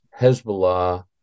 Hezbollah